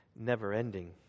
never-ending